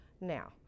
Now